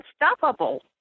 unstoppable